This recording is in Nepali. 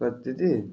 कति त्यति